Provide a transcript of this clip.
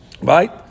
Right